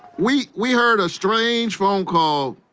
we we heard a strange phone call.